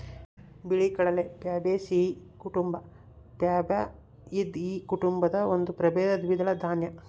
ಬಿಳಿಗಡಲೆ ಪ್ಯಾಬೇಸಿಯೀ ಕುಟುಂಬ ಪ್ಯಾಬಾಯ್ದಿಯಿ ಉಪಕುಟುಂಬದ ಒಂದು ಪ್ರಭೇದ ದ್ವಿದಳ ದಾನ್ಯ